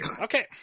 Okay